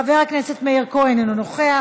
חבר הכנסת מאיר כהן אינו נוכח,